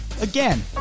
Again